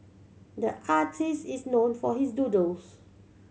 the artist is known for his doodles